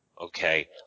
Okay